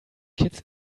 kids